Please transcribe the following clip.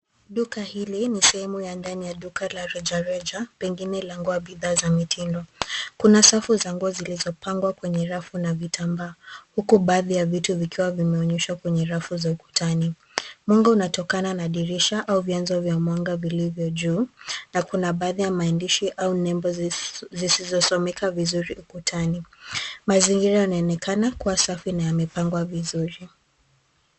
Duka hili ni sehemu ya ndani ya duka la rejareja, pengine la nguo bidhaa za mitindo. Kuna safu za nguo zilizopangwa kwenye rafu na vitambaa, huku baadhi ya vitu vikiwa vimeonyeshwa kwenye rafu za ukutani. Mwanga unatokana na dirisha au vyanzo vya mwanga vilivyo juu, na kuna baadhi ya maandishi au nebo zisizosomeka vizuri ukutani. Mazingira yanaonekana kua safi na yamepangwa vizuri.